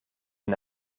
een